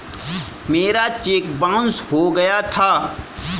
मेरा cheque bounce हो गया था